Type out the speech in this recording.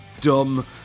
dumb